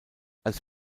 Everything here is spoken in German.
als